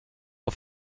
auf